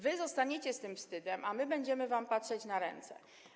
Wy zostaniecie z tym wstydem, a my będziemy wam patrzeć na ręce.